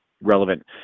relevant